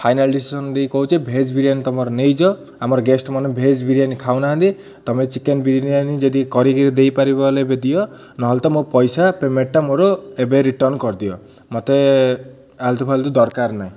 final decision ଦେଇ କହୁଛି veg biryani ତମର ନେଇଯାଅ ଆମର ଗେଷ୍ଟ୍ ମାନେ ଭେଜ୍ ବିରିୟାନି ଖାଉନାହାନ୍ତି ତମେ ଚିକେନ୍ ବିରିୟାନି ଯଦି କରିକିରି ଦେଇପାରିବ ହେଲେ ଏବେ ଦିଅ ନହେଲେ ତମ ପଇସା ପେମେଣ୍ଟ୍ଟା ମୋର ଏବେ ରିଟର୍ଣ୍ଣ କରିଦିଅ ମତେ ଆଲତୁ ଫାଲତୁ ଦରକାର ନାହିଁ